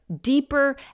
deeper